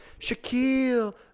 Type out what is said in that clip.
Shaquille